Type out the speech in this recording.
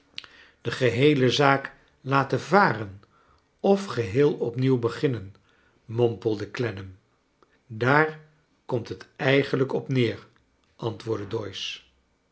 de geheele zaak laten varen of geheel opnieuw beginnen mompelde clennam daar komt het eigenlijk op neer antwoordde